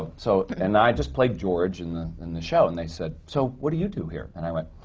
ah so and i had just played george and and in the show, and they said, so what do you do here? and i went,